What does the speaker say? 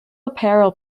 apparel